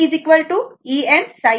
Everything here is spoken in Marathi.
तर e Em sin ω t आहे बरोबर